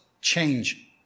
change